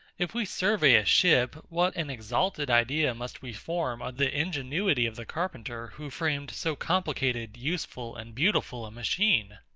if we survey a ship, what an exalted idea must we form of the ingenuity of the carpenter who framed so complicated, useful, and beautiful a machine?